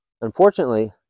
unfortunately